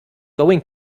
going